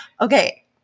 Okay